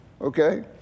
Okay